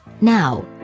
now